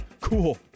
cool